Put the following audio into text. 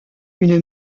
une